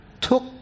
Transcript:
took